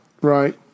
Right